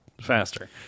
faster